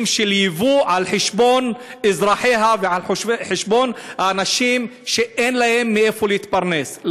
של יבוא על חשבון אזרחיה ועל חשבון אנשים שאין להם מאיפה להתפרנס.